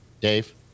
Dave